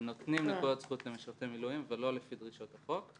הם נותנים נקודות זכות למשרתי מילואים ולא לפי דרישות החוק.